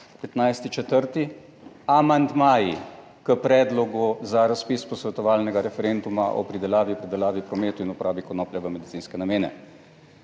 15. 4., amandmaji k predlogu za razpis posvetovalnega referenduma o pridelavi, predelavi, prometu in uporabi konoplje v medicinske namene.